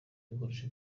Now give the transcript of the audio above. bikoresho